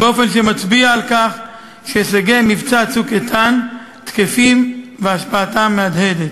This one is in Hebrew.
באופן שמצביע על כך שהישגי מבצע "צוק איתן" תקפים והשפעתם מהדהדת.